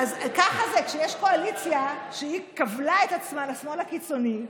אז ככה זה כשיש קואליציה שכבלה את עצמה לשמאל הקיצוני,